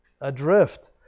Adrift